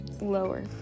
lower